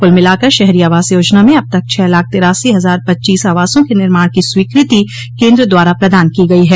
कुल मिलाकर शहरी आवास योजना में अब तक छह लाख तिरासी हजार पच्चीस आवासों के निर्माण की स्वीकृति केन्द्र द्वारा प्रदान की गई है